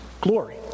glory